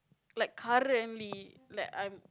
like currently like I'm